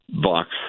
box